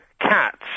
cats